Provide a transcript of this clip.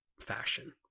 fashion